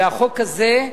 והחוק הזה,